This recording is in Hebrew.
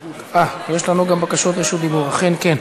אה, יש לנו גם בקשות לרשות דיבור, אכן כן.